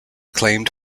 claimed